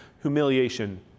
humiliation